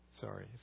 Sorry